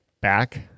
back